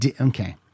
okay